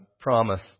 promise